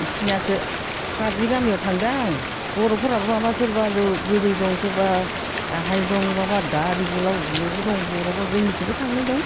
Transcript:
बेसोरनियासो कार्बि गामियाव थांदों आं बर'फोराबो माबा सोरबा जौ गोजौ दं सोरबा गाहाय दं माबा दारि गोलाव गोलावबो दं बर'फोर जोंनिखिबो थांनाय दं